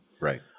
Right